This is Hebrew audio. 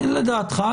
לדעתך.